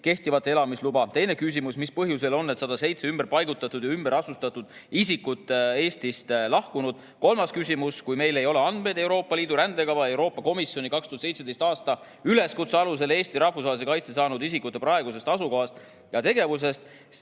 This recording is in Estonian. kehtivat elamisluba?" Teine küsimus: "Mis põhjusel on need 107 ümberpaigutatud ja ümberasustatud isikut Eestist lahkunud?" Kolmas küsimus: "Kui meil ei ole andmeid Euroopa Liidu rändekava ja Euroopa Komisjoni 2017. aasta üleskutse alusel Eesti rahvusvahelise kaitse saanud isikute praegusest asukohast ja tegevusest,